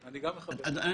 מבין,